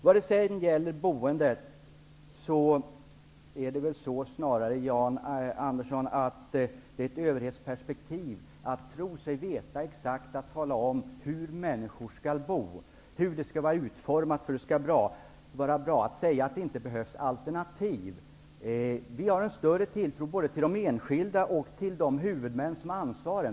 Vad sedan gäller boendet, Jan Andersson, är det snarare ett överhetsperspektiv att tro sig exakt veta och kunna tala om hur människor skall bo, hur boendet skall vara utformat för att det skall vara bra och att säga att det inte finns alternativ. Vi har en större tilltro till den enskilde och till de huvudmän som har ansvaret.